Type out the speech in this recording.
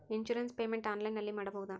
Insurance payment ಆನ್ಲೈನಿನಲ್ಲಿ ಮಾಡಬಹುದಾ?